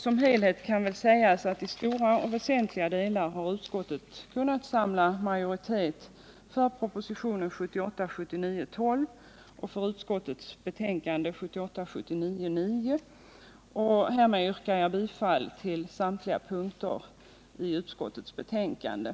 Som helhet kan väl sägas att utskottet i stora och väsentliga delar har kunnat samla majoritet för propositionen 1978/79:12. Herr talman! Jag ber att få yrka bifall till utskottets hemställan på samtliga punkter.